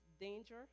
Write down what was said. danger